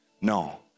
No